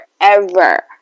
forever